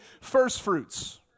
firstfruits